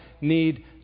need